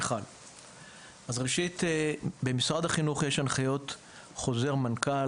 במשרד החינוך יש הנחיות חוזר מנכ"ל,